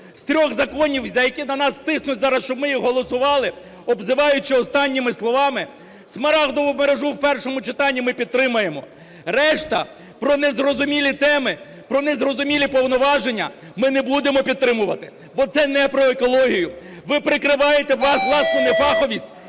З трьох законів, за які на нас тиснуть зараз, щоб ми їх голосували, обзиваючи останніми словами, Смарагдову мережу в першому читані ми підтримаємо, решта про незрозумілі теми, про незрозумілі повноваження ми не будемо підтримувати, бо це не про екологію. Ви прикриваєте вашу власну нефаховість,